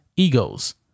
egos